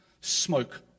smoke